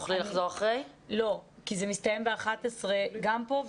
תוכלי לחזור לכאן לאחר מכן?